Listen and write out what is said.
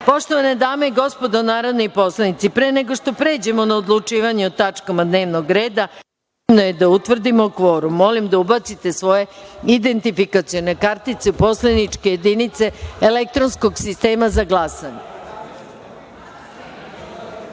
sednice. Poštovane dame i gospodo narodni poslanici, pre nego što pređemo na odlučivanje o tačkama dnevnog reda potrebno je da utvrdimo kvorum. Molim da ubacite svoje identifikacione kartice u poslaničke jedinice elektronskog sistema za